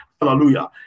Hallelujah